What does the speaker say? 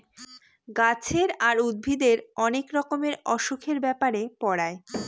গাছের আর উদ্ভিদের অনেক রকমের অসুখের ব্যাপারে পড়ায়